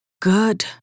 Good